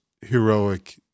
heroic